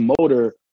motor